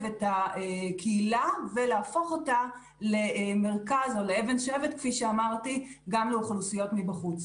את הקהילה ולהפוך אותה לאבן שואבת גם לאוכלוסיות מבחוץ.